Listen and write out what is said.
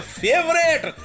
favorite